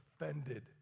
offended